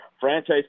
franchise